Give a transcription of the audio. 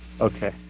Okay